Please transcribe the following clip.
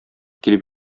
килеп